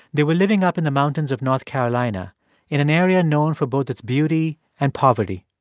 they were living up in the mountains of north carolina in an area known for both its beauty and poverty.